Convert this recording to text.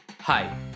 Hi